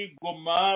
goma